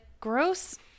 gross